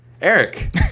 Eric